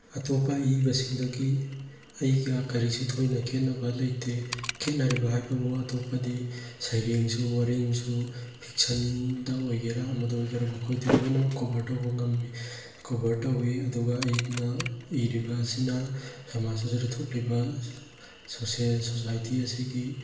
ꯑꯇꯣꯞꯄ ꯑꯏꯕꯁꯤꯡꯗꯒꯤ ꯑꯩꯒ ꯀꯔꯤꯁꯨ ꯊꯣꯏꯅ ꯈꯦꯅꯕ ꯂꯩꯇꯦ ꯈꯦꯅꯔꯤꯕ ꯍꯥꯏꯕꯕꯨ ꯑꯇꯣꯞꯄꯗꯤ ꯁꯩꯔꯦꯡꯁꯨ ꯋꯥꯔꯦꯡꯁꯨ ꯐꯤꯛꯁꯟꯗ ꯑꯣꯏꯒꯦꯔ ꯑꯃꯗ ꯑꯣꯏꯒꯦꯔ ꯃꯈꯣꯏꯒꯤ ꯂꯣꯏꯅꯃꯛ ꯀꯣꯕꯔ ꯇꯧꯕ ꯉꯝꯃꯤ ꯀꯣꯕꯔ ꯇꯧꯏ ꯑꯗꯨꯒ ꯑꯩꯒꯤꯅ ꯏꯔꯤꯕꯁꯤꯅ ꯁꯃꯥꯖ ꯑꯁꯤꯗ ꯊꯣꯛꯂꯤꯕ ꯁꯣꯁꯥꯏꯇꯤ ꯑꯁꯤꯒꯤ